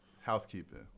housekeeping